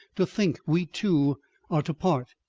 to think we two are to part.